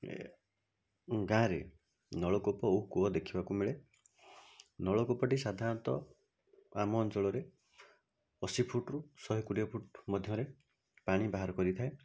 ଏ ଗାଁରେ ନଳକୂପ ଓ କୂଅ ଦେଖିବାକୁ ମିଳେ ନଳକୂପଟି ସାଧରଣତଃ ଆମ ଅଞ୍ଚଳରେ ଅଶି ଫୁଟରୁ ଶହେ କୋଡ଼ିଏ ଫୁଟ ମଧ୍ୟରେ ପାଣି ବାହାର କରିଥାଏ